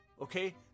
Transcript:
okay